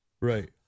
Right